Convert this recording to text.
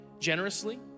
generously